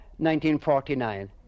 1949